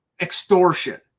Extortion